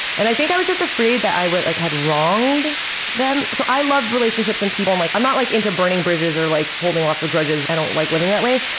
and i think i was just afraid that i like had wronged them. so i love relationships and people. and like i'm not like into burning bridges or like holding lots of grudges. i don't like living that way.